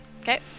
Okay